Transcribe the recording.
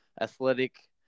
Athletic